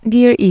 Dear